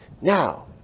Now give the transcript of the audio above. now